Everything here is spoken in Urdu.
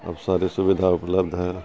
اب ساری سویدھا اپلبدھ ہیں